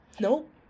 Nope